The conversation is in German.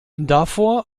davor